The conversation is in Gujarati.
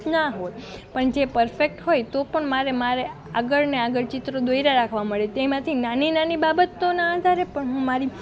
ન હોય પણ જે પરફેક્ટ હોય તો પણ મારે મારે આગળને આગળ ચિત્રો દોર્યાં રાખવા પડે તેમાંથી નાની નાની બાબતોનાં આધારે પણ હું મારી